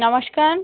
নমস্কান